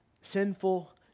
sinful